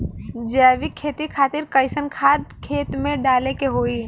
जैविक खेती खातिर कैसन खाद खेत मे डाले के होई?